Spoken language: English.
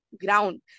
ground